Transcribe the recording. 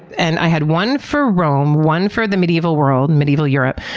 and i had one for rome, one for the medieval world, medieval europe,